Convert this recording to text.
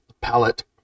palette